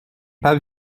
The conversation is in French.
pas